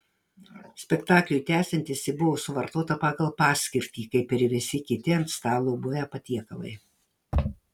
spektakliui tęsiantis ji buvo suvartota pagal paskirtį kaip ir visi kiti ant stalo buvę patiekalai